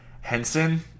Henson